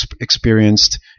experienced